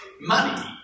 money